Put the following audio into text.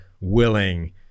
willing